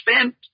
spent